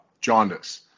jaundice